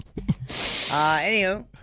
Anywho